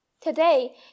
today